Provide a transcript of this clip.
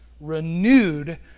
renewed